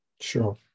Sure